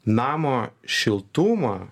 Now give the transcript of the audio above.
namo šiltumą